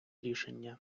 рішення